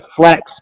flex